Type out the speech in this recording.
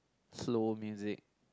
slow music